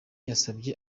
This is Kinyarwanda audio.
yasabye